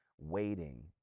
waiting